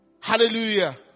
Hallelujah